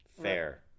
Fair